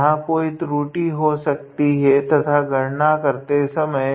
यहाँ कोई त्रुटी हो सकती है तथा गणना करते समय